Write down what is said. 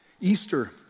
Easter